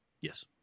Yes